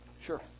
Sure